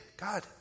God